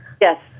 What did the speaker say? Yes